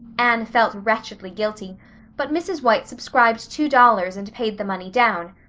anne felt wretchedly guilty but mrs. white subscribed two dollars and paid the money down.